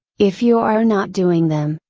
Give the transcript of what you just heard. if you are not doing them,